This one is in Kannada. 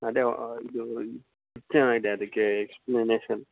ಅದೆ ಇದು ಚೆನ್ನಾಗಿದೆ ಅದಕ್ಕೆ ಎಕ್ಸ್ಪ್ಲನೇಷನ್